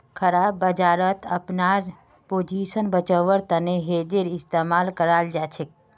खराब बजारत अपनार पोजीशन बचव्वार तने हेजेर इस्तमाल कराल जाछेक